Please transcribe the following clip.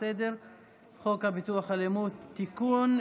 הצעת חוק הביטוח הלאומי (תיקון,